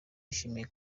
yashimiye